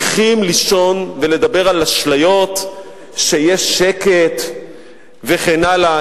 לישון ולדבר על אשליות שיש שקט וכן הלאה.